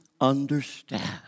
understand